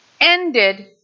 ended